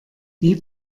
wie